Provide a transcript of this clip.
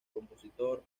compositor